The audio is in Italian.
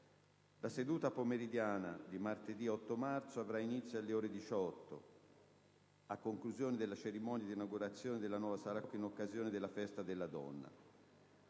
La seduta pomeridiana di martedì 8 marzo avrà inizio alle ore 18, a conclusione della cerimonia di inaugurazione della nuova sala Koch in occasione della Festa della donna.